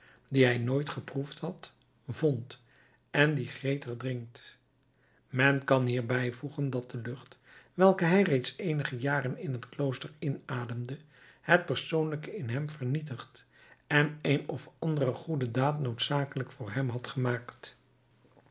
dien hij nooit geproefd had vond en dien gretig drinkt men kan hier bijvoegen dat de lucht welke hij reeds sedert eenige jaren in het klooster inademde het persoonlijke in hem vernietigd en een of andere goede daad noodzakelijk voor hem had gemaakt